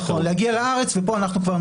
נכון, להגיע לארץ ופה אנחנו כבר